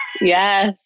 yes